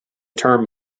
term